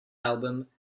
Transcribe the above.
album